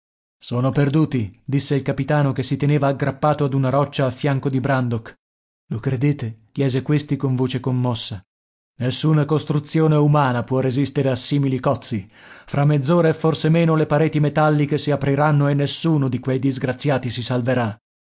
sono perduti disse il capitano che si teneva aggrappato ad una roccia a fianco di brandok lo credete chiese questi con voce commossa nessuna costruzione umana può resistere a simili cozzi fra mezz'ora e forse meno le pareti metalliche si apriranno e nessuno di quei disgraziati si salverà